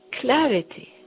clarity